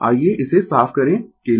आइये इसे साफ करें के लिए